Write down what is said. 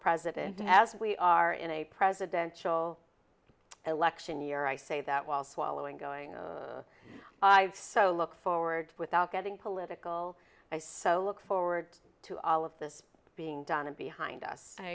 president as we are in a presidential election year i say that while swallowing going i look forward without getting political i so look forward to all of this being done and behind us i